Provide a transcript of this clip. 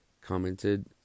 commented